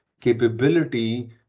capability